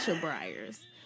Briars